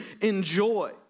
enjoy